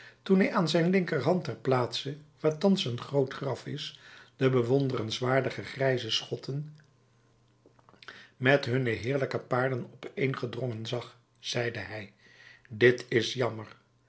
toen hij aan zijn linkerhand ter plaatse waar thans een groot graf is de bewonderenswaardige grijze schotten met hunne heerlijke paarden opeengedrongen zag zeide hij dit is jammer